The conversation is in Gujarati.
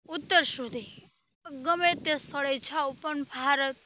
ઉત્તર સુધી ગમે તે સ્થળે જાઓ પણ ભારત